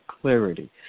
clarity